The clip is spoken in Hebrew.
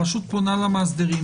הרשות פונה למאסדרים,